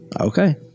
okay